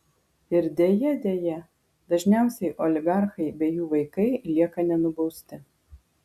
ir deja deja dažniausiai oligarchai bei jų vaikai lieka nenubausti